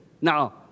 Now